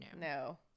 no